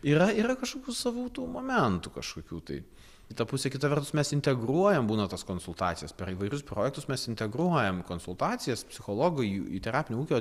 yra yra kažkokių savų tų momentų kažkokių tai į tą pusę kita vertus mes integruojam būna tas konsultacijas per įvairius projektus mes integruojam konsultacijas psichologui į terapinių ūkio